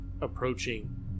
approaching